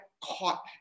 caught